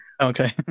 okay